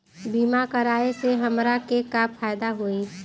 बीमा कराए से हमरा के का फायदा होई?